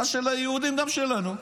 מה ששל היהודים גם שלנו.